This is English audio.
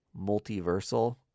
multiversal